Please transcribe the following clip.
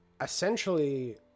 essentially